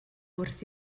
wrth